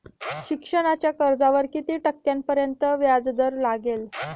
शिक्षणाच्या कर्जावर किती टक्क्यांपर्यंत व्याजदर लागेल?